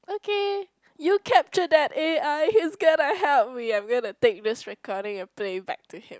okay you capture that a_i he's gonna help me I'm gonna take this recording and playback to him